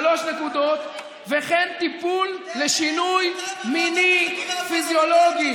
וכן טיפול לשינוי מיני פיזיולוגי"